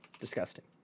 disgusting